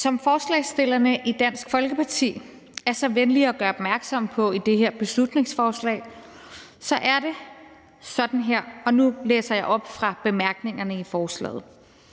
Som forslagsstillerne i Dansk Folkeparti er så venlige at gøre opmærksom på i det her beslutningsforslag, er det sådan her – og nu læser jeg op af bemærkningerne i forslaget: